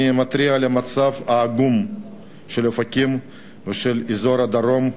אני מתריע על המצב העגום של אופקים ושל אזור הדרום,